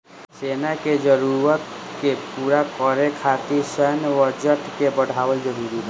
सेना के जरूरत के पूरा करे खातिर सैन्य बजट के बढ़ावल जरूरी बा